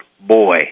boy